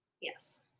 Yes